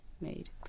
made